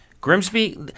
Grimsby